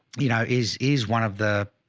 you know, is, is one of the